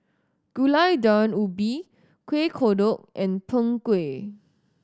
Gulai Daun Ubi Kuih Kodok and Png Kueh